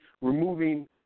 Removing